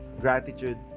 gratitude